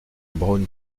braun